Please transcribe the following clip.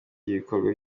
w’ibikorwa